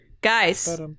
Guys